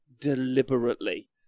deliberately